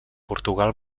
portugal